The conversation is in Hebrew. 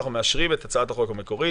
אבל כרגע אנחנו מאשרים את הצעת החוק המקורית.